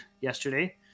yesterday